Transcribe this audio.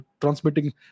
transmitting